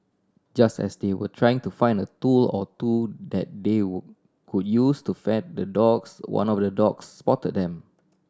just as they were trying to find a tool or two that they could use to fend the dogs one of the dogs spot them